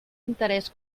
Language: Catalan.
interès